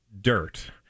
Dirt